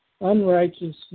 unrighteousness